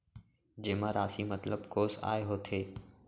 जेमा राशि मतलब कोस आय होथे?